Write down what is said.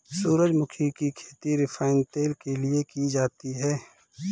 सूरजमुखी की खेती रिफाइन तेल के लिए की जाती है